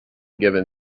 given